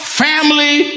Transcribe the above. family